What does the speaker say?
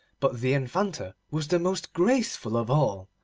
but the infanta was the most graceful of all,